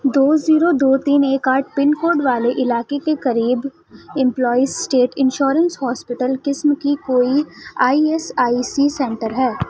دو zero دو تین ایک آٹھ پن کوڈ والے علاقے کے قریب امپلائیز اسٹیٹ انشورنس ہاسپٹل قسم کی کوئی I S I C centre ہے